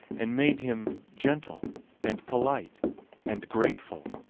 and made him gentle and polite and grateful,